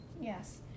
Yes